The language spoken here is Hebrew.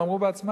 הם אמרו בעצמם: